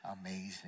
amazing